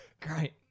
Great